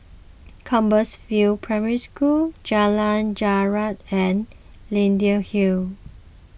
Compassvale Primary School Jalan Jarak and Leyden Hill